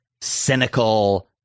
cynical